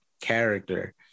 character